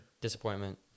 Disappointment